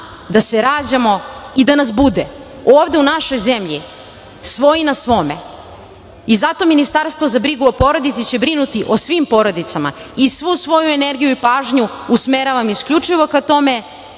da se rađamo i da nas bude ovde u našoj zemlji, svoj na svome. Zato će Ministarstvo za brigu o porodici brinuti o svim porodicama i svu svoju energiju i pažnju usmeravam isključivo ka tome,